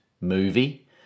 movie